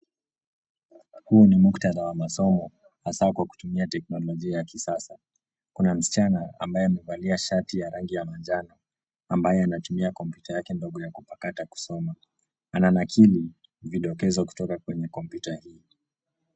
Huu ni mukhtada wa masomo hasa kwa kutumia teknolojia ya kisasa. Kuna msichana ambaye amevalia shati ya rangi ya manjano ambaye anatumia kompyuta yake ndogo ya kupakata kusoma. Ananakili vidokezo kutoka kwenye kompyuta hii.